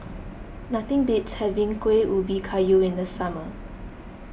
nothing beats having Kuih Ubi Kayu in the summer